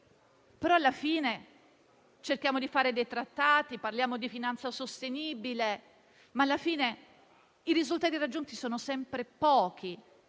però alla fine, anche se cerchiamo di fare dei trattati e parliamo di finanza sostenibile, i risultati raggiunti sono sempre pochi.